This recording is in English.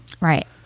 right